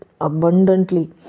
abundantly